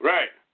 Right